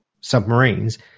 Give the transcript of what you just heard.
submarines